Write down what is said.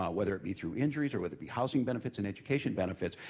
ah whether it be through injuries or whether it be housing benefits and education benefits,